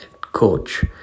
coach